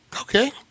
Okay